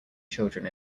children